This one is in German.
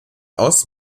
aus